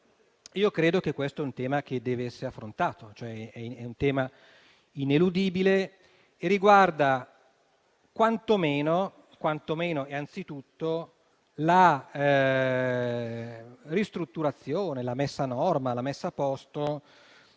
Credo che questo sia un tema che deve essere affrontato poiché ineludibile e riguarda quantomeno e anzitutto la ristrutturazione, la messa a norma e la sistemazione